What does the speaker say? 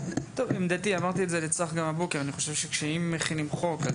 אני חושב שאם כבר מכינים חוק,